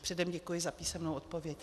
Předem děkuji za písemnou odpověď.